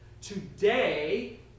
Today